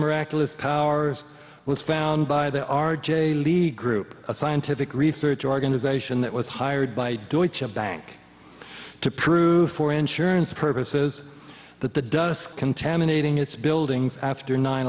miraculous powers was found by the r j league group a scientific research organization that was hired by a bank to prove for insurance purposes that the dust contaminating its buildings after nine